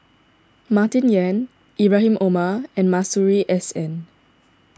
Martin Yan Ibrahim Omar and Masuri S N